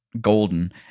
golden